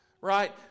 Right